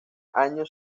año